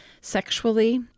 sexually